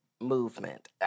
Movement